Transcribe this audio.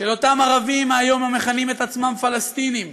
של אותם ערבים שהיום מכנים את עצמם "פלסטינים",